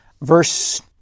verse